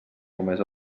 només